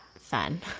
fun